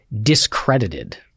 discredited